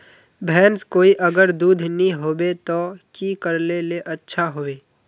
भैंस कोई अगर दूध नि होबे तो की करले ले अच्छा होवे?